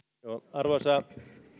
arvoisa